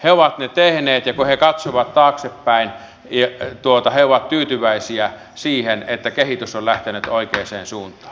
he ovat ne tehneet ja kun he katsovat taaksepäin he ovat tyytyväisiä siihen että kehitys on lähtenyt oikeaan suuntaan